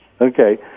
Okay